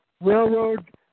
Railroad